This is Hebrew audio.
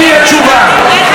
לא, לא, לכול תהיה תשובה.